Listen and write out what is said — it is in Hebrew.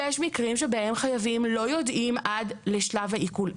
יש מקרים שבהם חייבים לא יודעים עד לשלב העיקול.